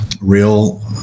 real